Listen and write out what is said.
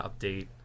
update